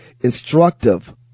instructive